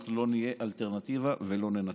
אנחנו לא נהיה אלטרנטיבה ולא ננצח".